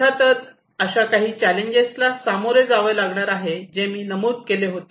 अर्थातच अशा काही चॅलेंजेसना सामोरे जावे लागणार आहे जे मी नमूद केले होते